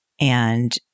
And-